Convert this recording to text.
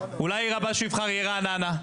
אולי העיר הבאה שהוא יבחר תהיה רעננה,